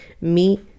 meet